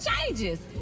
Changes